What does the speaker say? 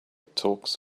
talks